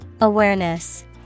Awareness